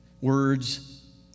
Words